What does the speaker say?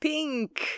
Pink